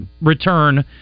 return